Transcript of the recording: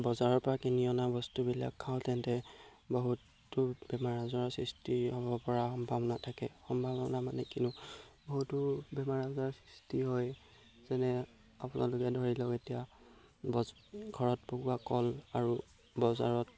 বজাৰৰ পৰা কিনি অনা বস্তুবিলাক খাওঁ তেন্তে বহুতো বেমাৰ আজাৰৰ সৃষ্টি হ'ব পৰা সম্ভাৱনা থাকে সম্ভাৱনা মানে কিনো বহুতো বেমাৰ আজাৰৰ সৃষ্টি হয় যেনে আপোনালোকে ধৰি লওক এতিয়া ঘৰত পকোৱা কল আৰু বজাৰত